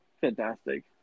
Fantastic